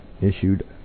issued